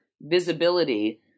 visibility